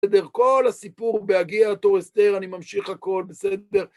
בסדר? כל הסיפור בהגיעה תור אסתר, אני ממשיך הכל, בסדר?